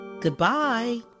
Goodbye